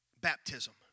baptism